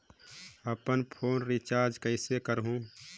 अपन phone recharge कइसे करहु?